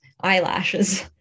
eyelashes